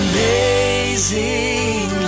Amazing